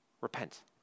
Repent